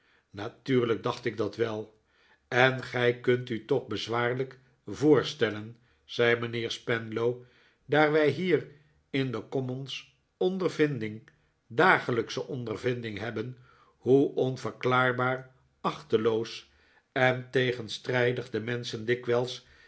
natuurlijk dacht ik dat wel en gij kunt u toch bezwaarlijk voorstellen zei mijnheer spenlow daar wij hier in de commons ondervinding dagelijksche ondervinding hebben hoe onverklaarbaar achteloos en tegenstrijdig de menschen dikwijls